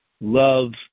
love